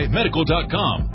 medical.com